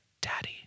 daddy